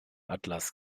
atlas